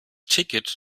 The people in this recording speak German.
ticket